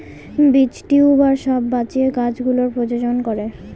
বীজ, টিউবার সব বাঁচিয়ে গাছ গুলোর প্রজনন করে